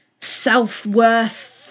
self-worth